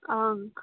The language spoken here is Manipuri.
ꯑꯪ